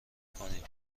کنیم